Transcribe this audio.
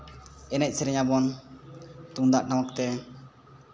ᱮᱱᱮᱡ ᱥᱮᱨᱮᱧᱟᱵᱚᱱ ᱛᱩᱢᱫᱟᱹᱜ ᱴᱟᱢᱟᱠ ᱛᱮ